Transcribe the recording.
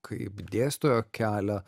kaip dėstytojo kelią